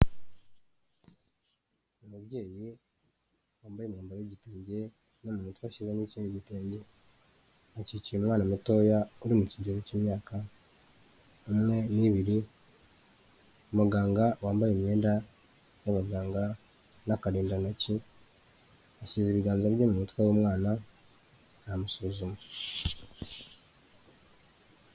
Umubyeyi wambaye imyambaro y'igitenge no mu mutwe ashizemo ikindi gitenge akikiye umwana mutoya uri mu kigero cy'imyaka umwe n'ibiri, umuganga wambaye imyenda y'abaganga n'akarindantoki ashyize ibiganza bye mu mutwe w'umwana aramusuzuma.